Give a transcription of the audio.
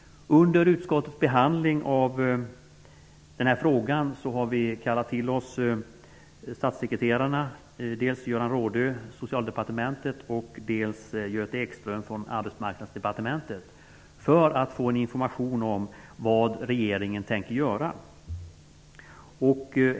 Under utskottets behandling av den här frågan kallade vi till oss statssekreterarna Göran Rådö från Socialdepartementet och Göte Ekström från Arbetsmarknadsdepartementet för att få information om vad regeringen tänker göra.